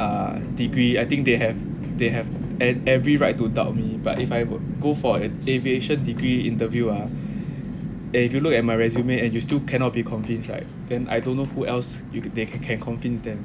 err degree I think they have they have and every right to doubt me but if I will go for an aviation degree interview and if you look at my resume and you still cannot be convinced right and I don't know who else you could they can convince them